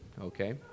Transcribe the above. Okay